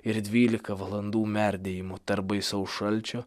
ir dvylika valandų merdėjimo tarp baisaus šalčio